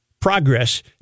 Progress